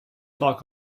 talk